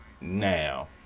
now